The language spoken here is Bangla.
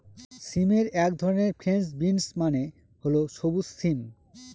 সিমের এক ধরন ফ্রেঞ্চ বিনস মানে হল সবুজ সিম